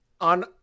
On